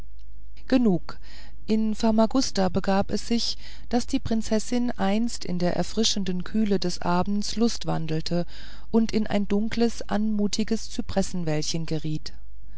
genug in famagusta begab es sich daß die prinzessin einst in der erfrischenden kühle des abends lustwandelte und in ein dunkles anmutiges zypressenwäldchen geriet